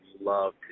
love